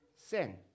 sin